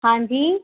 हां जी